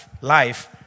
life